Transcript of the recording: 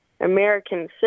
American